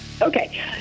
Okay